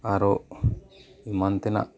ᱟᱨᱚ ᱮᱢᱟᱱ ᱛᱮᱱᱟᱜ